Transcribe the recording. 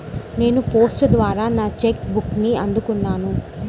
నేను పోస్ట్ ద్వారా నా చెక్ బుక్ని అందుకున్నాను